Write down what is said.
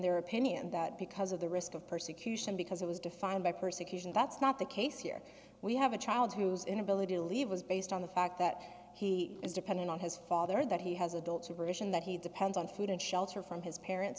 their opinion that because of the risk of persecution because it was defined by persecution that's not the case here we have a child whose inability to leave was based on the fact that he is dependent on his father that he has adult supervision that he depends on food and shelter from his parents